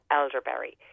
elderberry